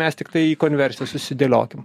mes tiktai į konversijas susidėliokim